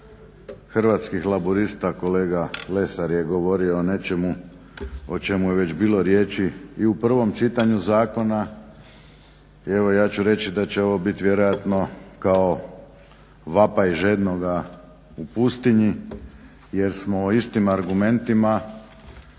Hrvatskih laburista kolega Lesar je govorio o nečemu o čemu je već bilo riječi i u prvom čitanju zakona i evo ja ću reći da će ovo biti vjerojatno kao vapaj žednoga u pustinji jer smo o istim argumentima